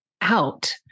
out